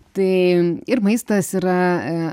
tai ir maistas yra